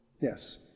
Yes